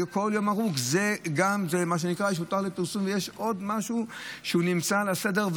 זה מה שנקרא: יש "הותר לפרסום" ויש עוד משהו שנמצא על סדר-היום,